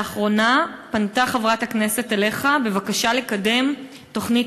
לאחרונה פנתה חברת הכנסת אליך בבקשה לקדם תוכנית